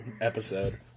episode